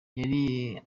yari